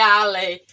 alley